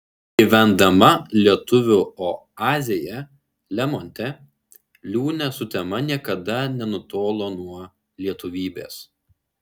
gyvendama lietuvių oazėje lemonte liūnė sutema niekada nenutolo nuo lietuvybės